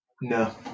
No